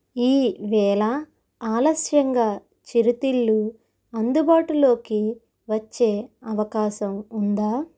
ఈవేళ ఆలస్యంగా చిరుతిళ్ళు అందుబాటులోకి వచ్చే అవకాశం ఉందా